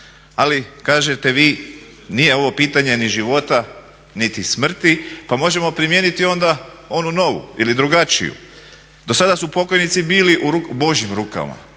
Ali kažete vi nije ovo pitanje ni života niti smrti pa možemo primijeniti onda onu novu ili drugačiju. Do sada su pokojnici bili u božjim rukama,